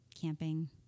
Camping